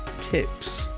tips